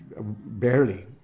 barely